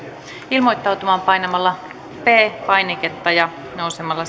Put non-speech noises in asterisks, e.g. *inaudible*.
ilmoittautumaan painamalla p painiketta ja nousemalla *unintelligible*